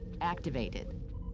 Activated